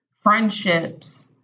friendships